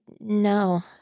no